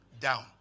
down